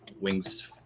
Wings